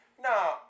No